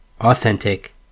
authentic